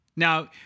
Now